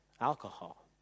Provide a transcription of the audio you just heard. alcohol